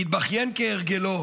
והתבכיין כהרגלו,